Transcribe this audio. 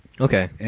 Okay